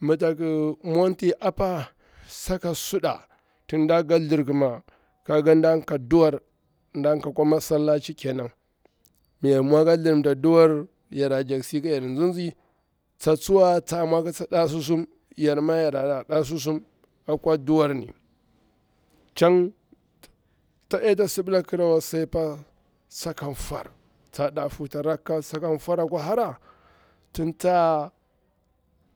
Mi tak mwanti apa saka suɗa, tin nda kika thlirkima, kaga nda ka duwur nɗa ka akwa massallaci ƙenan, mi yar mwa ka thlirimta duwar yara mwar kayar nzinzi tsa tsuwa tsa mwa kata ɗa susum, yarma yara ra ɗa susum a kwa duwarni chan tsaɗeta sibila kirawa sa'apa saka fwar tsa ɗa huta rakka, saka fwar akwa hara tsa